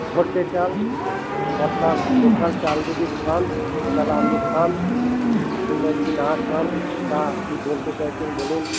ঘদ্দে চাল অর্থাৎ লোকাল চাল যদি খান তাহলে আপনি খান কিংবা যদি না খান তা কি বলতে চাইছেন বলুন